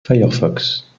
firefox